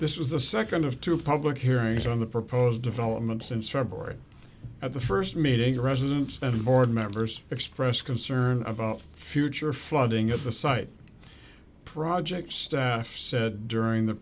this was the second of two public hearings on the proposed development since february at the first meeting residents and board members expressed concern about future flooding of the site project staff said during the